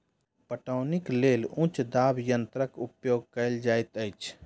पटौनीक लेल उच्च दाब यंत्रक उपयोग कयल जाइत अछि